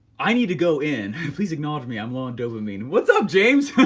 i need to go in, please acknowledge me. i'm low on dopamine. what's up james?